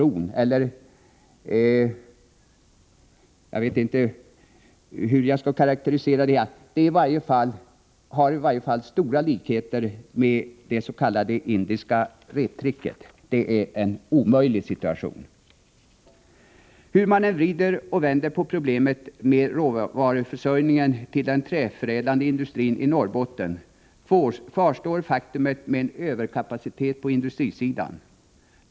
Jag vet inte riktigt hur jag skall karakterisera det hela — det har i varje fall stora likheter med det s.k. indiska reptricket. Det är en omöjlig situation! Hur man än vrider och vänder på problemet med råvaruförsörjningen till den träförädlande industrin i Norrbotten, kvarstår det faktum att det finns en överkapacitet på industrisidan.